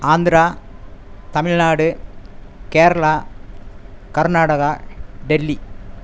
Andhra Tamil Nadu Kerala Karnataka Delhi